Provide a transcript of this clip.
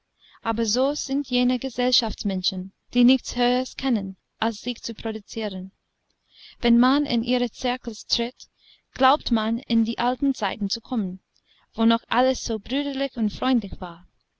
aber so sind jene gesellschaftsmenschen die nichts höheres kennen als sich zu produzieren wenn man in ihre cercles tritt glaubt man in die alten zeiten zu kommen wo noch alles so brüderlich und freundlich war